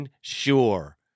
sure